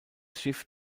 schiff